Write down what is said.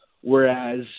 whereas